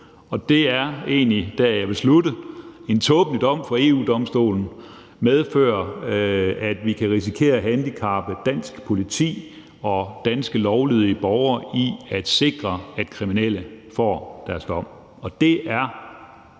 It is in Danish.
Det er egentlig der, jeg vil slutte. En tåbelig dom fra EU-Domstolen medfører, at vi kan risikere at handicappe dansk politi og danske lovlydige borgere i at sikre, at kriminelle får deres dom. Det er